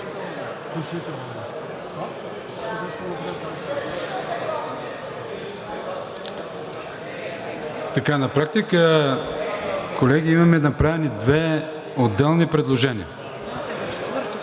На практика, колеги, имаме направени две отделни предложения